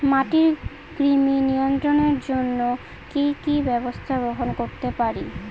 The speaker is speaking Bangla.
মাটির কৃমি নিয়ন্ত্রণের জন্য কি কি ব্যবস্থা গ্রহণ করতে পারি?